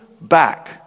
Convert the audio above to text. back